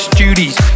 duties